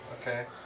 Okay